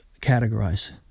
categorize